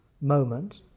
moment